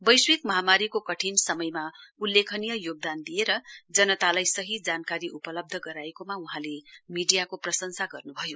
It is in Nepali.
वैश्विक महामारीको कठिन समयमा उल्लेखनीय योगदान दिएर जनतालाई सहीजानकारी उपलब्ध गराएकोमा वहाँले मीडीयाको प्रशंसा गर्नुभयो